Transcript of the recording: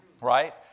Right